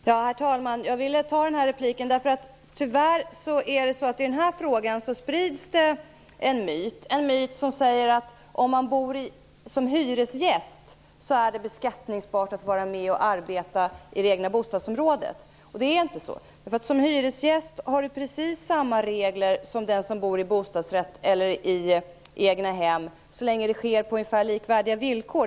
Herr talman! Jag begärde replik eftersom det tyvärr sprids en myt när det gäller den här frågan. Det är en myt att arbetet i det egna bostadsområdet är beskattningsbart för den som är hyresgäst. Det är inte så. En hyresgäst har precis samma regler som den som bor i bostadsrätt eller i egnahem, så länge arbetet sker på ungefär likvärdiga villkor.